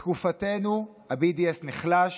בתקופתנו ה-BDS נחלש.